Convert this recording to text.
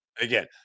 Again